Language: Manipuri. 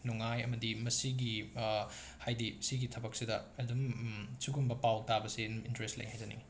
ꯅꯨꯡꯉꯥꯏ ꯑꯃꯗꯤ ꯃꯁꯤꯒꯤ ꯍꯥꯏꯗꯤ ꯁꯤꯒꯤ ꯊꯕꯛꯁꯤꯗ ꯑꯗꯨꯝ ꯁꯤꯒꯨꯝꯕ ꯄꯥꯎ ꯇꯥꯕꯁꯤ ꯏꯟꯇꯔꯦꯁ ꯂꯩ ꯍꯥꯏꯖꯅꯤꯡꯉꯤ